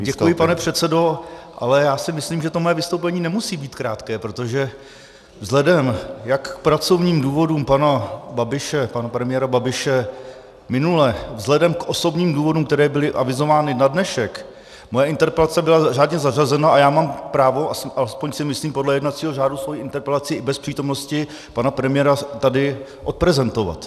Děkuji, pane předsedo, ale já si myslím, že to moje vystoupení nemusí být krátké, protože vzhledem jak k pracovním důvodům pana premiéra Babiše minule, vzhledem k osobním důvodům, které byly avizovány na dnešek, moje interpelace byla řádně zařazena a já mám právo, alespoň si myslím, podle jednacího řádu svoji interpelaci i bez přítomnosti pana premiéra tady odprezentovat.